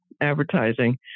advertising